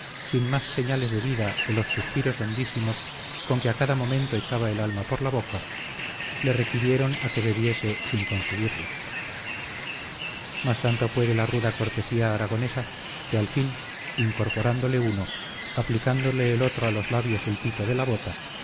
sin más señales de vida que los suspiros hondísimos con que a cada momento echaba el alma por la boca le requirieron a que bebiese sin conseguirlo mas tanto puede la ruda cortesía aragonesa que al fin incorporándole uno aplicándole el otro a los labios el pito de la bota